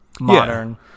modern